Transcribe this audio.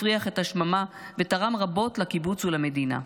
הפריח את השממה ותרם רבות לקיבוץ ולמדינה.